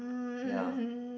um